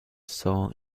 sore